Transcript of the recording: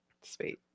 Sweet